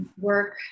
work